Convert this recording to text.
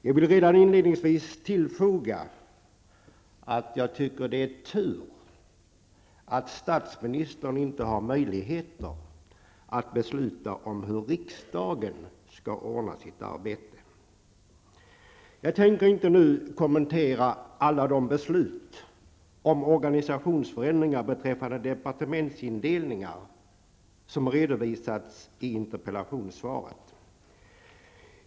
Jag vill redan inledningsvis tillfoga att det är tur att statsministern inte har möjligheter att besluta om hur riksdagen skall ordna sitt arbete. Jag tänker inte nu kommentera alla de beslut om organisationsförändringar beträffande departementsindelningar som redovisas i interpellationssvaret.